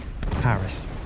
Paris